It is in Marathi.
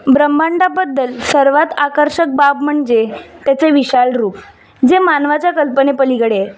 ब्रहम्मांडाबद्दल सर्वात आकर्षक बाब म्हणजे त्याचे विशाल रूप जे मानवाच्या कल्पने पलीकडे